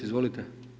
Izvolite.